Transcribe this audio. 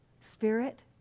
Spirit